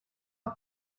not